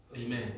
Amen